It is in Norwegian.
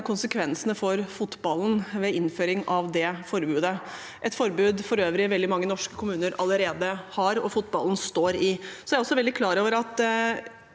konsekvensene for fotballen ved innføring av det forbudet, et forbud veldig mange norske kommuner for øvrig allerede har, og som fotballen står i. Jeg er også veldig klar over at